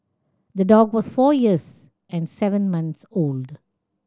the dog was four years and seven months old